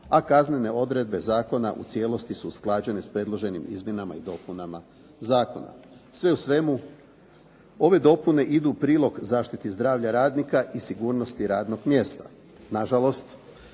a kaznene odredbe zakona u cijelosti su usklađene sa predloženim izmjenama i dopunama zakona. Sve u svemu ove dopune idu u prilog zaštiti zdravlja radnika i sigurnosti radnog mjesta,